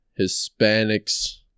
Hispanics